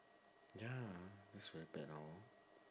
ya that's very bad hor